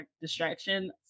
distraction